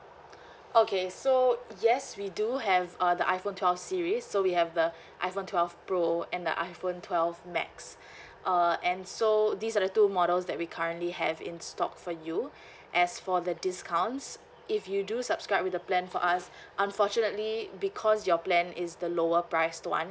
okay so yes we do have uh the iphone twelve series so we have the iphone twelve pro and the iphone twelve max uh and so these are the two models that we currently have in stock for you as for the discounts if you do subscribe with the plan for us unfortunately because your plan is the lower priced one